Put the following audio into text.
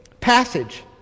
passage